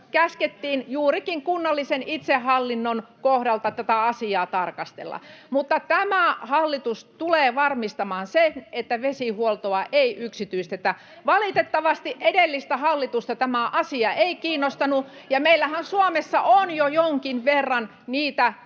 käskettiin juurikin kunnallisen itsehallinnon kohdalta tätä asiaa tarkastella. Tämä hallitus tulee varmistamaan sen, että vesihuoltoa ei yksityistetä. Valitettavasti edellistä hallitusta tämä asia ei kiinnostanut, ja meillähän Suomessa on jo jonkin verran